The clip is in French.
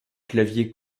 clavier